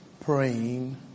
praying